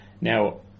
Now